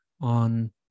on